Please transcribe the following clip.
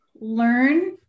learn